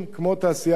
כמו תעשיית ההיי-טק.